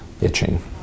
itching